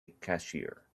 cashier